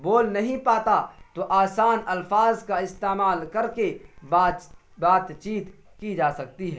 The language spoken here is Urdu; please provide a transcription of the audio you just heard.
بول نہیں پاتا تو آسان الفاظ کا استعمال کر کے بات چیت کی جا سکتی ہے